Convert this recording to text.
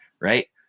right